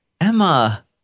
emma